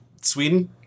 Sweden